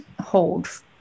hold